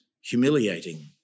humiliating